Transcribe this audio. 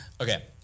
okay